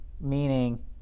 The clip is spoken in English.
meaning